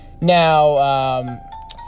Now